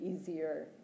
easier